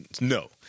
No